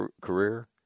career